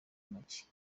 ntoki